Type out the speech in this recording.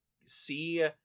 see